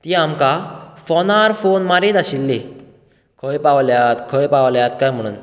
तीं आमकां फोनार फोन मारीत आशिल्ली खंय पावल्यात खंय पावल्यात कांय म्हणून